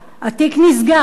התיק נסגר.